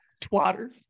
Twitter